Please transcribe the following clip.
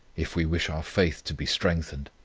if we wish our faith to be strengthened.